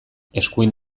eskuin